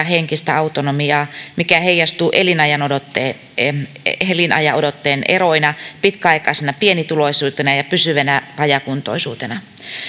henkistä autonomiaa mikä heijastuu elinajanodotteen elinajanodotteen eroina pitkäaikaisena pienituloisuutena ja ja pysyvänä vajaakuntoisuutena